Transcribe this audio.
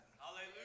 Hallelujah